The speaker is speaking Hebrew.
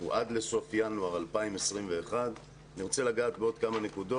הוא עד לסוף ינואר 2021. עוד כמה דקות